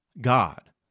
God